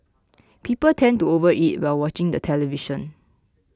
people tend to over eat while watching the television